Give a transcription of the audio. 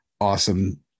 awesome